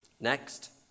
Next